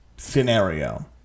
scenario